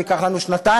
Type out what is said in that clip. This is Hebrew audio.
זה ייקח לנו שנתיים,